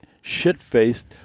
shit-faced